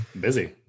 busy